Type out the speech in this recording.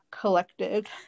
collected